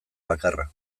bakarra